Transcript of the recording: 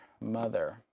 mother